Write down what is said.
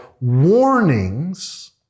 warnings